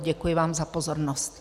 Děkuji vám za pozornost.